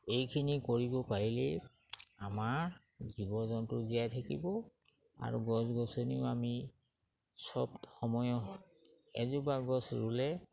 এইখিনি কৰিব পাৰিলেই আমাৰ জীৱ জন্তুও জীয়াই থাকিব আৰু গছ গছনিও আমি চব সময়ত এজোপা গছ ৰুলে